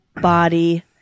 body